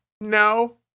No